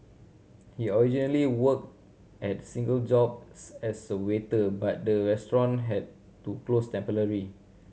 he originally worked at single jobs as a waiter but the restaurant had to close temporarily